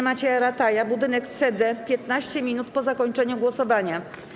Macieja Rataja w budynku C-D 15 minut po zakończeniu głosowania.